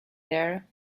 there